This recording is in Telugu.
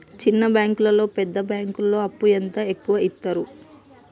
చిన్న బ్యాంకులలో పెద్ద బ్యాంకులో అప్పు ఎంత ఎక్కువ యిత్తరు?